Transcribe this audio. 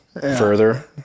further